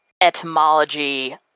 etymology